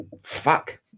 fuck